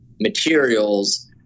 materials